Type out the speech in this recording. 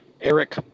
Eric